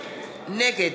נגד